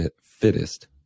fittest